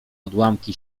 odłamki